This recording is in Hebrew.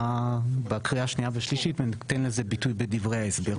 בקריאה השנייה ושלישית יינתן לזה ביטוי בדברי ההסבר.